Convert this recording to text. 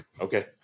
Okay